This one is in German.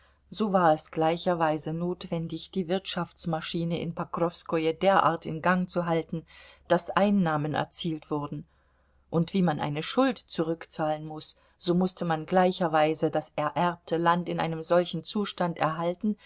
so war es gleicherweise notwendig die wirtschaftsmaschine in pokrowskoje derart in gang zu halten daß einnahmen erzielt wurden und wie man eine schuld zurückzahlen muß so mußte man gleicherweise das ererbte land in einem solchen zustand erhalten